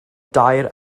dair